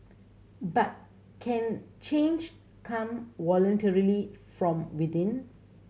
but can change come voluntarily from within